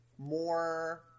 more